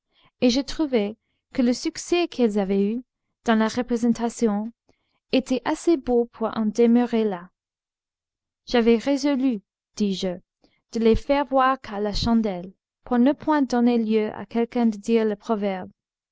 et je trouvais que le succès qu'elles avaient eu dans la représentation était assez beau pour en demeurer là j'avais résolu dis-je de les faire voir qu'à la chandelle pour ne point donner lieu à quelqu'un de dire le proverbe